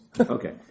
Okay